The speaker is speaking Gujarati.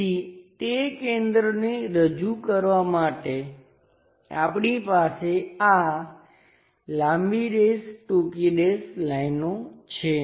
તેથી તે કેન્દ્રને રજૂ કરવા માટે આપણી પાસે આ લાંબી ડેશ ટૂંકી ડેશ લાઇનો છે